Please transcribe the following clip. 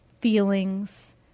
feelings